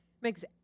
makes